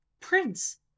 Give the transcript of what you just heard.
Prince